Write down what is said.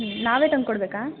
ಹ್ಞೂ ನಾವೇ ತಂದು ಕೊಡಬೇಕಾ